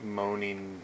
moaning